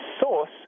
source